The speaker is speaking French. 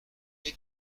est